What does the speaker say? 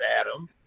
Adam